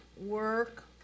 work